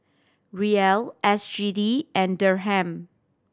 Riel S G D and Dirham